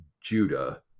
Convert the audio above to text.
Judah